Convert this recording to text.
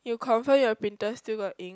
you confirm your printer still got ink